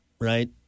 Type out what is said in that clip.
right